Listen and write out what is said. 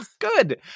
Good